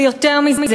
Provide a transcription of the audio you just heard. ויותר מזה,